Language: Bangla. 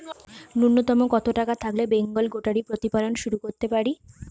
নূন্যতম কত টাকা থাকলে বেঙ্গল গোটারি প্রতিপালন শুরু করতে পারি?